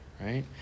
right